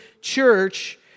church